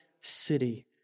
city